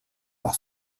par